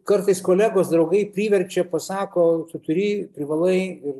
kartais kolegos draugai priverčia pasako tu turi privalai ir